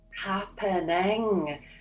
happening